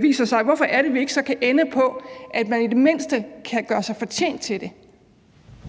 viser sig, at vi så ikke kan ende på, at man i det mindste kan gøre sig fortjent til det.